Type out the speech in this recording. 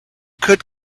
could